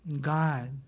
God